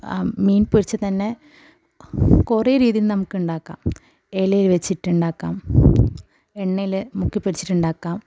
മീൻ പൊരിച്ചത് തന്നെ കുറെ രീതിയി ൽ നമുക്ക് ഉണ്ടാക്കാം ഇലയിൽ വച്ചിട്ടുണ്ടാക്കാം എണ്ണയിൽ മുക്കി പൊരിച്ചിട്ട് ഉണ്ടാക്കാം